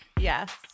Yes